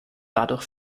dadurch